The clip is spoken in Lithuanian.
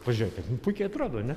pažiūrėkit nu puikiai atrodo ar ne